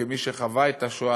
כמי שחוו את השואה,